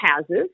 houses